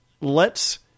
lets